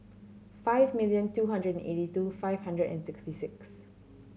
five million two hundred and eighty two five hundred and sixty six